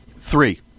Three